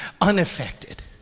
unaffected